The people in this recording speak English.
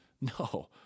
No